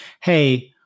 Hey